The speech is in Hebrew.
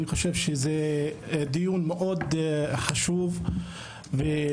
אני חושב שזה דיון מאוד חשוב ומשמעותי,